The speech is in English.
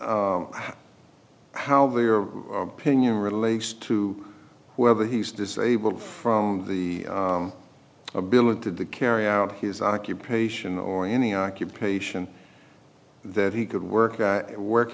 how they are opinion relates to whether he's disabled from the ability to carry out his occupation or any occupation that he could work at it work